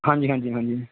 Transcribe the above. ਹਾਂਜੀ ਹਾਂਜੀ ਹਾਂਜੀ